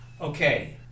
Okay